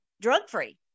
drug-free